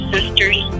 Sisters